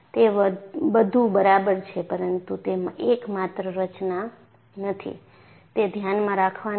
તે બધુ બરાબર છે પરંતુ તે એકમાત્ર રચના નથી તે ધ્યાનમાં રાખવાનું છે